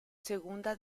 segunda